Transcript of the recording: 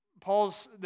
Paul's